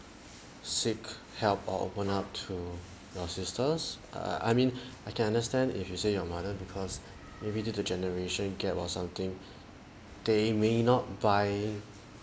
seek help or went out to your sister's err I mean I can understand if you say your mother because maybe due to generation gap or something they may not buy